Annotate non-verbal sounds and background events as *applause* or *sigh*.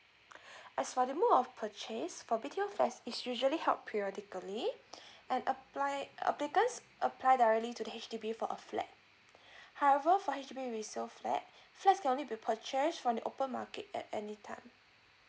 *breath* as for the mode of purchase for B_T_O flat is usually held periodically *breath* and apply applicants apply directly to the H_D_B for a flat *breath* however for H_D_B resale flat flat can only be purchased from the open market at anytime